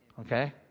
Okay